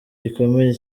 gikomeye